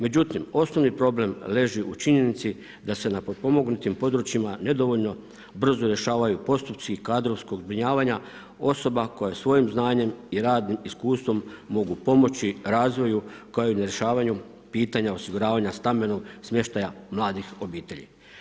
Međutim, osnovni problem leži u činjenici da se na potpomognutim područjima nedovoljno brzo rješavaju postupci kadrovskog zbrinjavanja osoba koje svojim znanjem i radnim iskustvom mogu pomoći razvoju … nerješavanju pitanja osiguravanja stambenog smještaja mladih obitelji.